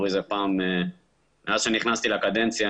מאז שנכנסתי לקדנציה,